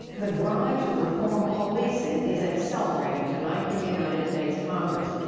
the drive to reform policing is accelerating tonight in the united states congress.